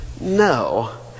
No